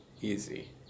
easy